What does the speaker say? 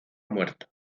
muerto